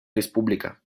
республика